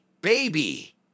baby